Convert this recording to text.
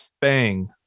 bang